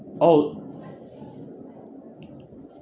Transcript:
oh